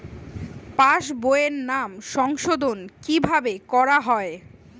পাশ বইয়ে নাম সংশোধন কিভাবে করা হয়?